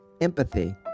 empathy